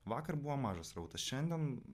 vakar buvo mažas srautas šiandien